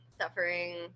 suffering